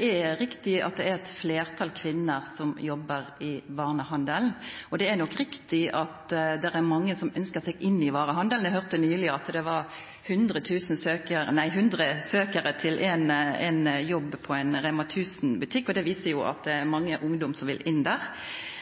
er riktig at det er eit fleirtal av kvinner som jobbar i varehandelen, og det er nok riktig at det er mange som ønskjer seg inn i varehandelen. Eg høyrde nyleg at det var 100 søkjarar til éin jobb på ein REMA 1000-butikk, og det viser at det er mange ungdomar som vil inn der.